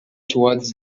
towards